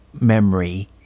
memory